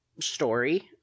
story